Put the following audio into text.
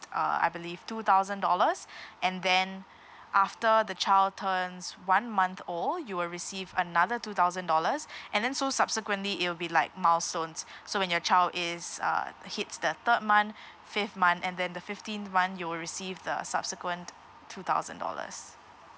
uh I believe two thousand dollars and then after the child turns one month old you will receive another two thousand dollars and then so subsequently it will be like milestones so when your child is uh hits the third month fifth month and then the fifteenth month you will receive the subsequent two thousand dollars